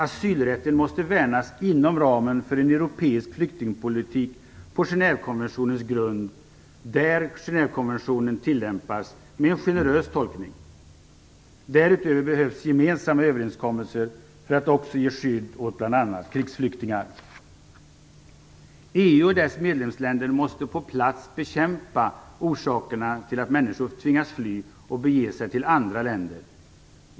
Asylrätten måste värnas inom ramen för en europeisk flyktingpolitik på Genèvekonventionens grund, där Genèvekonventionen tillämpas med en generös tolkning. Därutöver behövs gemensamma överenskommelser för att också ge skydd åt bl.a. EU och dess medlemsländer måste på plats bekämpa orsakerna till att människor tvingas fly och bege sig till andra länder.